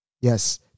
yes